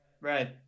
Right